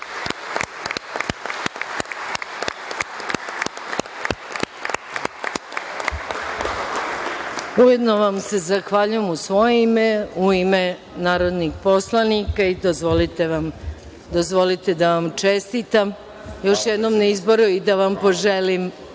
vam se zahvaljujem, u svoje imei u ime narodnih poslanika, dozvolite da vam čestitam još jednom na izboru i da vam poželim